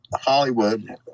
Hollywood